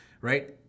right